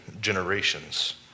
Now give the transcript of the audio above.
generations